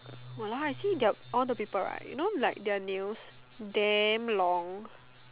!walao! I see that all the people right you know like their nails damn long